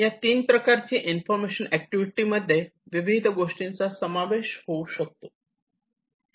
या तीन प्रकारची इन्फॉर्मेशन अॅक्टिविटी मध्ये विविध गोष्टींचा समावेश होऊ शकतो